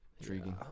intriguing